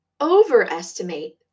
overestimate